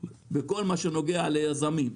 בכל מה שנוגע ליזמים,